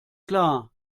klar